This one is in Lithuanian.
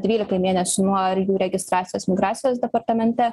dvylikai mėnesių nuo jų registracijos migracijos departamente